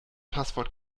passwort